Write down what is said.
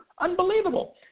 Unbelievable